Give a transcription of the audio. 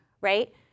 right